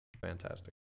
Fantastic